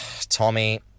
Tommy